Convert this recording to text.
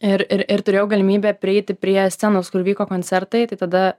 ir ir ir turėjau galimybę prieiti prie scenos kur vyko koncertai tai tada